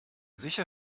sicher